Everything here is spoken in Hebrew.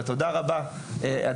ותודה רבה על הזמן,